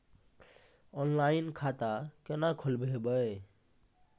Online खाता केना खोलभैबै?